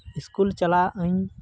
school ᱪᱟᱞᱟᱜ ᱟᱹᱧ